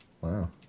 wow